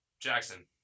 Jackson